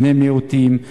בני מיעוטים,